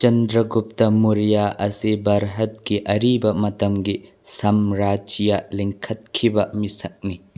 ꯆꯟꯗ꯭ꯔ ꯒꯨꯞꯇ ꯃꯨꯔꯤꯌꯥ ꯑꯁꯤ ꯚꯥꯔꯠꯀꯤ ꯑꯔꯤꯕ ꯃꯇꯝꯒꯤ ꯁꯝ ꯔꯥꯏꯖ꯭ꯌꯥ ꯂꯤꯡꯈꯠꯈꯤꯕ ꯃꯤꯁꯛꯅꯤ